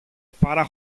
παρά